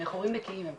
'מכורים נקיים' הם